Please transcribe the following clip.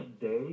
day